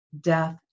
death